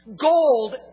Gold